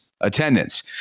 attendance